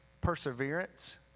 perseverance